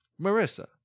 Marissa